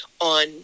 on